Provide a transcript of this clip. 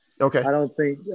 Okay